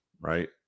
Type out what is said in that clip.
right